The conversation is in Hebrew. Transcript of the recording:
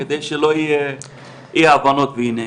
כדי שלא יהיו אי הבנות בינינו.